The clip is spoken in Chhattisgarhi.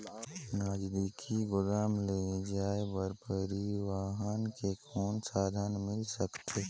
नजदीकी गोदाम ले जाय बर परिवहन के कौन साधन मिल सकथे?